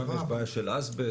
שם יש בעיה של אסבסט.